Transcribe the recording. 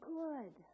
good